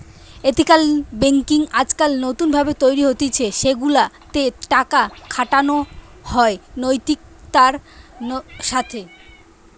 ethical banking আজকাল নতুন ভাবে তৈরী হতিছে সেগুলা তে টাকা খাটানো হয় নৈতিকতার সাথে